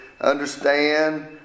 understand